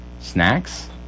snacks